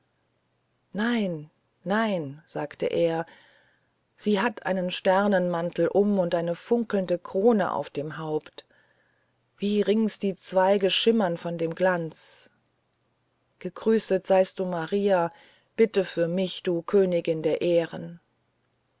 nein nein sagte er sie hat einen sternenmantel um und eine funkelnde krone auf dem haupt wie rings die zweige schimmern von dem glanz gegrüßt seist du maria bitt für mich du königin der ehren